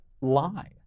lie